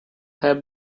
have